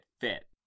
fit